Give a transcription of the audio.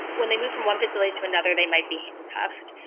when they move from one facility to another, they might be and cuffed.